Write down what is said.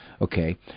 Okay